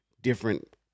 different